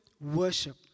worship